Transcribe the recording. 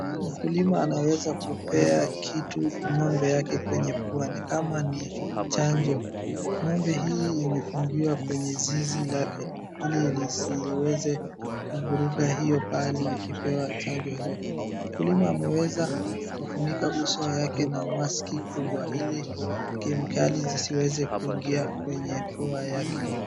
Mkulima anaweza kupea kitu ngombe kwenye puani mwake kama ni chanjo ngombe hii imefungiwa kwenye zizi lake ili lisiweze kuvuruga hiyo pahali ikipewa chanjo hiyo mkulima ameweza kufunika uso yake na maski kubwa ili kemikali iziweze Kuingia kwenye pua yake.